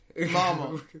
Mama